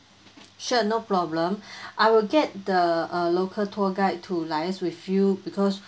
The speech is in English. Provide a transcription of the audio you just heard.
sure no problem I will get the uh local tour guide to liase with you because